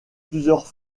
plusieurs